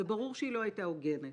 וברור שהיא לא הייתה הוגנת.